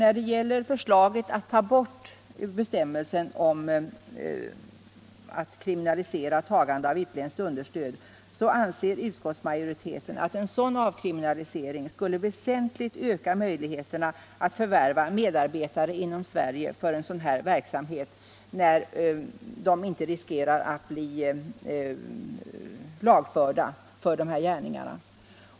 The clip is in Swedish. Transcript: Utskottsmajoriteten anser vidare att avkriminaliseringen av tagande av utländskt understöd väsentligt skulle öka möjligheterna att förvärva medarbetare inom Sverige för sådan här verksamhet eftersom dessa inte skulle riskera att bli lagförda för sådana gärningar.